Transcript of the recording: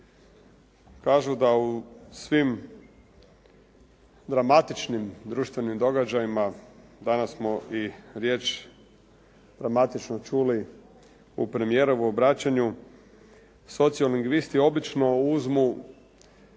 Kažu da u svim dramatičnim društvenim događajima danas smo i riječ pragmatično čuli u premijerovom obraćanju sociomingvisti obično uzmu